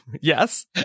Yes